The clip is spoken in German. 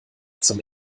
zum